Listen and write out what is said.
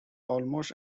almost